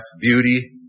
beauty